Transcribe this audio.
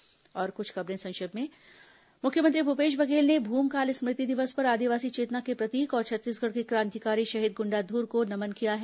संक्षिप्त समाचार अब कुछ अन्य खबरें संक्षिप्त में मुख्यमंत्री भूपेश बघेल ने भूमकाल स्मृति दिवस पर आदिवासी चेतना के प्रतीक और छत्तीसगढ़ के क्रांतिकारी शहीद गुंडाधुर को नमन किया है